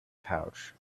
pouch